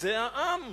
זה העם.